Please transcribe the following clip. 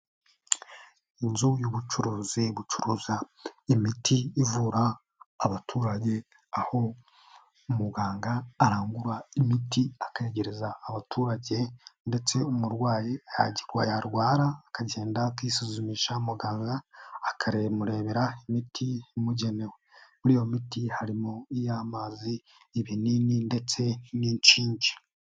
Inzu y'ubucuruzi bucuruza imiti ivura abaturage, aho umuganga arangura imiti akayegereza abaturage ndetse umurwayi yarwara akagenda akisuzumisha muganga akamurebera imiti imugenewe, muri iyo miti harimo iy'amazi, ibinini ndetse n'inshinge.